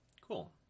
cool